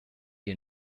you